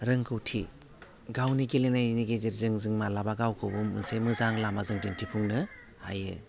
रोंगौथि गावनि गेलेनायनि गेजेरजों जों मालाबा गावखौबो मोनसे मोजां लामाजों दिन्थिफुंनो हायो